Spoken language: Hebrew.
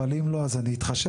אבל אם לא, אז אני אתחשב.